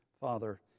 Father